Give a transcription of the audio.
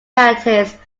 practice